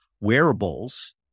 wearables